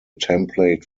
template